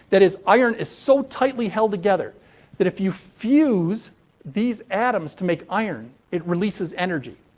that is, iron is so tightly held together that, if you fuse these atoms to make iron, it releases energy.